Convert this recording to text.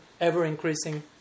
ever-increasing